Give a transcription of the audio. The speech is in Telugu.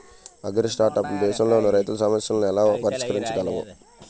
అగ్రిస్టార్టప్లు దేశంలోని రైతుల సమస్యలను ఎలా పరిష్కరించగలవు?